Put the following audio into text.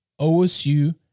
osu